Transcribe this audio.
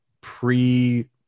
pre